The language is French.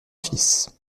fils